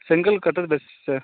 செங்கல் கட்டுறது best sir